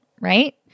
right